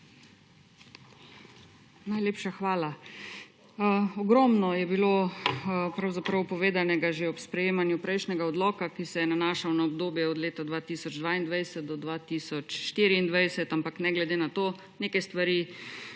Najlepša hvala. Ogromno je bilo povedanega že ob sprejemanju prejšnjega odloka, ki se je nanašal na obdobje od leta 2022 do 2024, ampak ne glede na to, neke stvari